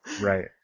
Right